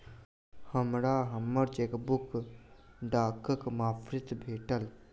हमरा हम्मर चेकबुक डाकक मार्फत भेटल